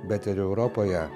bet ir europoje